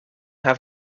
have